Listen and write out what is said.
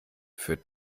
für